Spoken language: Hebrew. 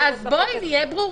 אז בואי נהיה ברורים.